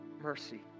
mercy